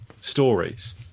stories